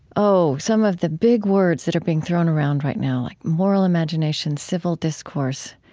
oh, some of the big words that are being thrown around right now like moral imagination, civil discourse.